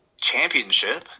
championship